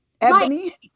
Ebony